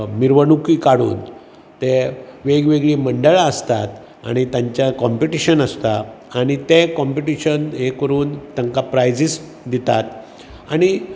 मिर्वणुकी कडून ते वेगवेगळीं मंडळां आसतात आणी तांच्या कॉम्पिटिशन आसता आनी ते कॉम्पिटिशन हें करून तेका प्रायजीस दितात आनी